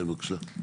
כן, בבקשה.